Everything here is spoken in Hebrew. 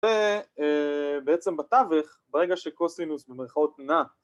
‫ובעצם בתווך, ‫ברגע שקוסינוס במרכאות נע...